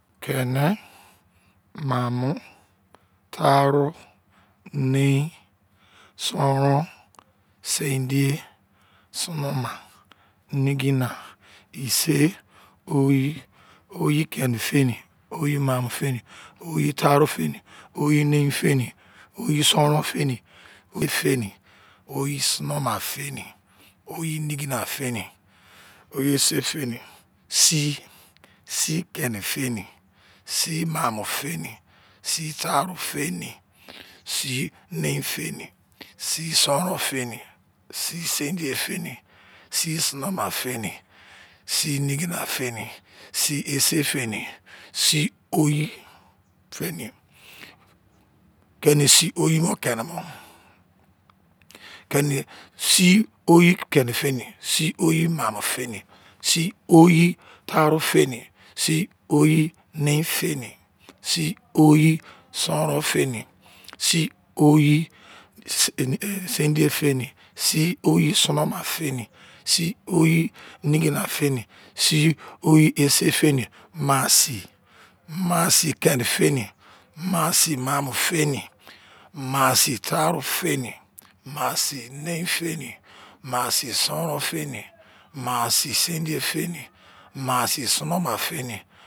Keni, maamo, taaru, nein, sọnrọn, sindiye, sonoma, nigina, ise, oyi, oyi keni-feni, oyi maamo-feni, oyi taarụ feni, oyi nein-feni, oyi sọnrọn-feni, oyi sindiye-feni, oyi sọnọma-feni, oyi nigina-feni, oyi ise-feni, sii, sii kẹnị-feni, sii maamọ-feni, sii taarụ-feni, sii nein-feni, sii sọnrọn-feni, sii sindiye-feni, sii sọnọma-feni, sii nigina-feni, sii ise-feni, sii oyi-feni, sii oyi-keni-feni, sii oyi-maamụ-feni, sii oyi-taaru-feni, sii oyi-nein-feni, sii oyi-sọnrọn-feni, sii oyi-sindiye-feni, sii oyi-sọnọma-feni, sii oyi-nigina-feni, sii oyi-ise-feni, maa sii, maa sii kẹnị-feni, maa sii maamụ-feni, maa sii taarụ-feni, maa sii nein-feni, maa sii sọnrọn-feni, maa sii sindiye-feni, maa sii sọnọma-feni